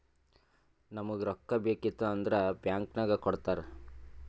ನಮುಗ್ ರೊಕ್ಕಾ ಬೇಕಿತ್ತು ಅಂದುರ್ ಬ್ಯಾಂಕ್ ನಾಗ್ ಕೊಡ್ತಾರ್